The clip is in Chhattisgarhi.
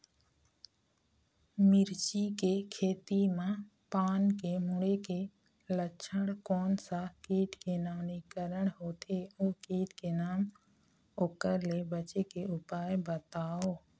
मिर्ची के खेती मा पान के मुड़े के लक्षण कोन सा कीट के नवीनीकरण होथे ओ कीट के नाम ओकर ले बचे के उपाय बताओ?